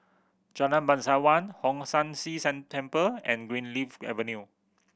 Jalan Bangsawan Hong San See San Temple and Greenleaf Avenue